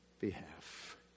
behalf